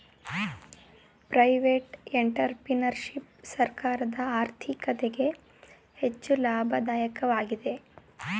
private entrepreneurship ಸರ್ಕಾರದ ಆರ್ಥಿಕತೆಗೆ ಹೆಚ್ಚು ಲಾಭದಾಯಕವಾಗಿದೆ